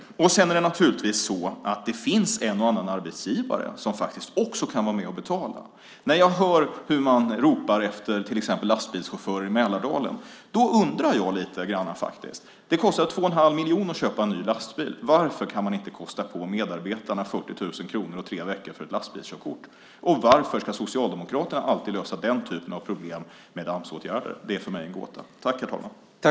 Sedan finns det naturligtvis också en och annan arbetsgivare som kan vara med och betala. När jag hör hur man ropar efter till exempel lastbilschaufförer i Mälardalen undrar jag lite grann. Det kostar 2 1⁄2 miljon att köpa en ny lastbil. Varför kan man inte kosta på medarbetarna 40 000 kronor och tre veckor för ett lastbilskörkort? Varför ska Socialdemokraterna alltid lösa den typen av problem med Amsåtgärder? Det är för mig en gåta.